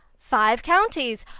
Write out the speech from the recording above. five counties!